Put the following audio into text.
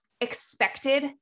expected